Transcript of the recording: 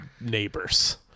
neighbors